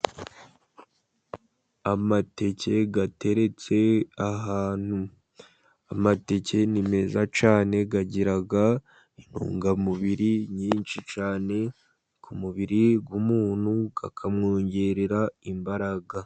Amateke ateretse ahantu. Amateke ni meza cyane, agira intungamubiri nyinshi cyane ku mubiri w'umuntu, akamwongerera imbaraga.